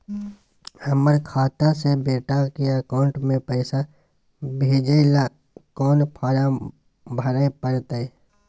हमर खाता से बेटा के अकाउंट में पैसा भेजै ल कोन फारम भरै परतै?